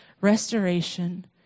restoration